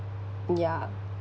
mm ya